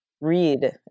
read